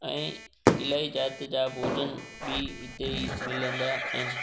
ऐं इलाही जाति जा भोजन बि हिते ई मिलंदा आहिनि